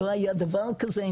לא היה דבר כזה,